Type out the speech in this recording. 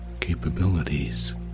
capabilities